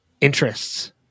interests